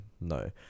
no